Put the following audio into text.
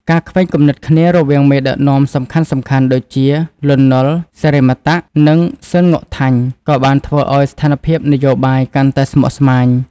ការខ្វែងគំនិតគ្នារវាងមេដឹកនាំសំខាន់ៗ ដូចជា លន់ នល់ សិរីមតៈ និងសឺន ង៉ុកថាញ់ ក៏បានធ្វើឱ្យស្ថានភាពនយោបាយកាន់តែស្មុគស្មាញ។